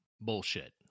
bullshit